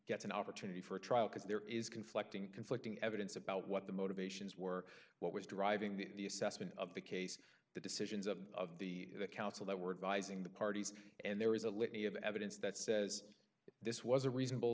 gets an opportunity for a trial because there is conflicting conflicting evidence about what the motivations were what was driving the assessment of the case the decisions of the council that word vising the parties and there is a litany of evidence that says this was a reasonable